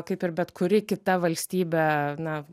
kaip ir bet kuri kita valstybė na